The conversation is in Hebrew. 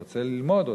הוא רוצה ללמוד.